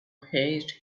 haste